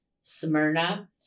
Smyrna